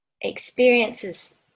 experiences